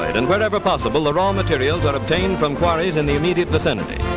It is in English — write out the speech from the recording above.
and wherever possible the raw materials are obtained from quarries in the immediate vicinity.